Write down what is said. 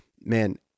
man